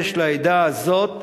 יש לעדה הזאת